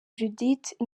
judith